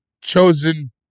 chosen